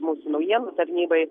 mūsų naujienų tarnybai